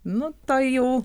nu toj jau